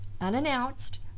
unannounced